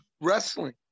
wrestling